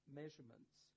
measurements